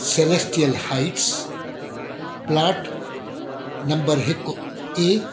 celestial Heights plot number हिकु ए